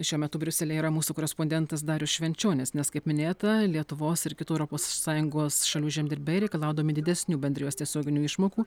šiuo metu briuselyje yra mūsų korespondentas darius švenčionis nes kaip minėta lietuvos ir kitų europos sąjungos šalių žemdirbiai reikalaudami didesnių bendrijos tiesioginių išmokų